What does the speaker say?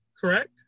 correct